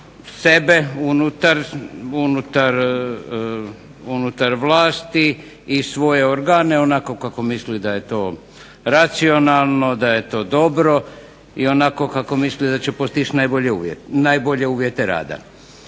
sebe unutar vlasti i svoje organe onako kako misli da je to racionalno i daje to dobro, i onako kako misli da će postići najbolje uvjete rada.